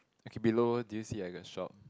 okay below do you see like a shop